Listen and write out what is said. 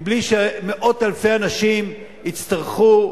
מבלי שמאות אלפי אנשים יצטרכו